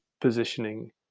positioning